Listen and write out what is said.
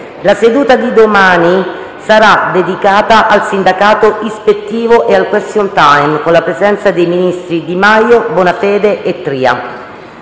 La seduta di domani sarà dedicata al sindacato ispettivo e al question time, con la presenza dei ministri Di Maio, Bonafede e Tria.